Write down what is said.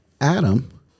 Adam